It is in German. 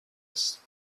ist